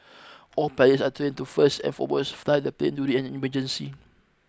all pilots are trained to first and foremost fly the plane during an emergency